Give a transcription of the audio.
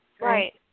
Right